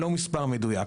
לא מספר מדויק,